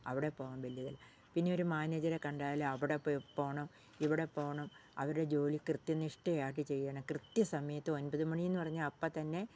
അവിടെ പോവാൻ വലിയ ഇതില്ല പിന്നെ ഒരു മാനേജറെ കണ്ടാല് അവിടെ പോയ് ഒപ്പ് പോകണം ഇവിടെ പോകണം അവരെ ജോലി കൃത്യനിഷ്ഠയാക്കി ചെയ്യണം കൃത്യസമയത്ത് ഒൻപത് മണീ എന്ന് പറഞ്ഞാൽ അപ്പം തന്നെ